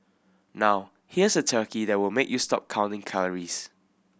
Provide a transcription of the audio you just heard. now here's a turkey that will make you stop counting calories